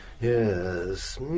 Yes